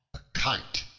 kite,